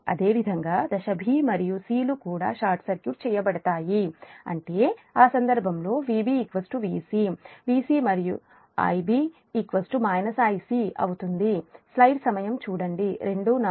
అదేవిధంగా దశ 'b' మరియు 'c' లు కూడా షార్ట్ సర్క్యూట్ చేయబడతాయి అంటే ఆ సందర్భంలో Vb Vc Vc మరియు Ib Ic